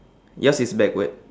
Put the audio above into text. yours is backward